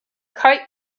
kite